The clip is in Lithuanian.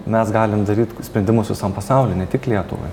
mes galim daryt sprendimus visam pasauliui ne tik lietuvai